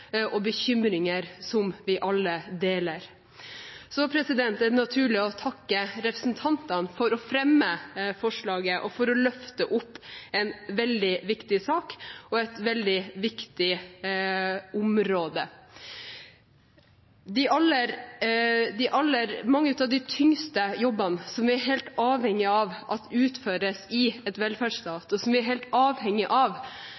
og bekymringer som vi alle deler. Så er det naturlig å takke representantene for å fremme forslaget og for å løfte fram en veldig viktig sak og et veldig viktig område. Mange av de tyngste jobbene som vi er helt avhengig av at utføres i en velferdsstat, og som vi er helt avhengig av